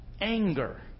Anger